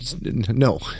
no